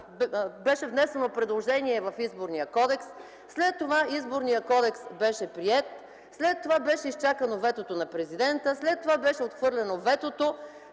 беше внесено предложение в Изборния кодекс, след това Изборният кодекс беше приет, след това беше изчакано ветото на президента, след това беше отхвърлено ветото,